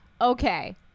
okay